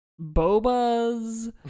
Boba's